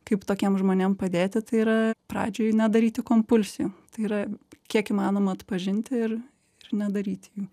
kaip tokiem žmonėm padėti tai yra pradžioj nedaryti kompulsijų tai yra kiek įmanoma atpažinti ir ir nedaryti jų